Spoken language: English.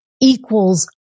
equals